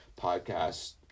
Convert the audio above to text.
podcasts